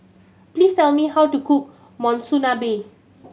please tell me how to cook Monsunabe